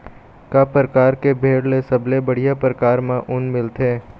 का परकार के भेड़ ले सबले बढ़िया परकार म ऊन मिलथे?